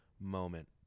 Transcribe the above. moment